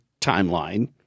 timeline